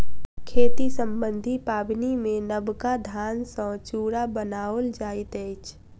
खेती सम्बन्धी पाबनिमे नबका धान सॅ चूड़ा बनाओल जाइत अछि